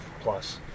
plus